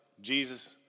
Jesus